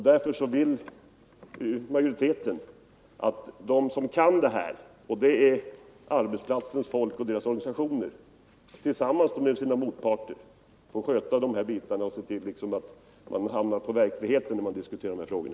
Därför vill majoriteten att de som kan dessa saker — och det är arbetsplatsernas folk och deras organisationer — tillsammans med sina motparter skall sköta de här frågorna och se till att man står på verklighetens grund när man diskuterar problemen.